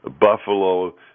buffalo